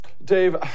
Dave